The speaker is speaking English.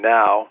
now